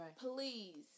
Please